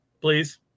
Please